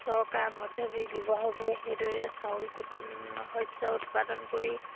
চৰকাৰ মধ্যৱী ব্যৱসায়ীবোৰে সেইদৰে চাউল কু শস্য উৎপাদন কৰি